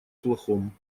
плохом